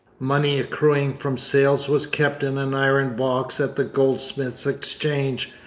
money accruing from sales was kept in an iron box at the goldsmiths' exchange,